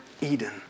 Eden